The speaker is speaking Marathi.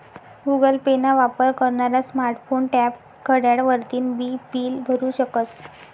गुगल पे ना वापर करनारा स्मार्ट फोन, टॅब, घड्याळ वरतीन बी बील भरु शकस